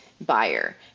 buyer